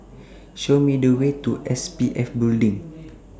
Show Me The Way to SPF Building